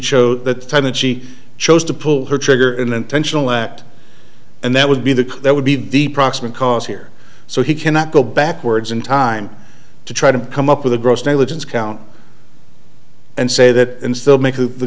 chose the time that she chose to pull her trigger an intentional act and that would be the that would be the proximate cause here so he cannot go backwards in time to try to come up with a gross negligence count and say that in still make